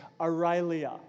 Aurelia